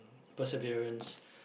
perseverence